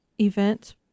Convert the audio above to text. event